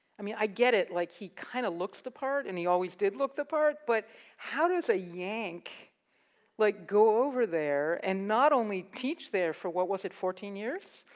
i mean, i get it, like he kinda looks the part and he always did look the part, but how does a yank like go over there and not only teach there for, what was it fourteen years,